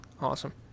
Awesome